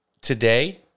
today